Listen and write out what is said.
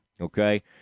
okay